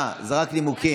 אה, זה רק נימוקים.